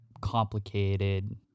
complicated